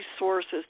resources